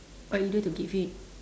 what you do to keep fit